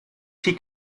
she